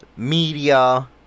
Media